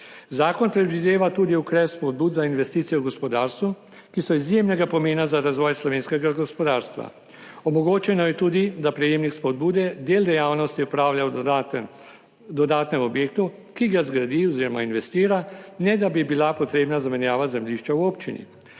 Zakon predvideva tudi ukrep spodbud za investicije v gospodarstvu, ki so izjemnega pomena za razvoj slovenskega gospodarstva. Omogočeno je tudi, da prejemnik spodbude del dejavnosti opravlja v dodatnem objektu, ki ga zgradi oziroma investira, ne da bi bila potrebna zamenjava zemljišča v občini.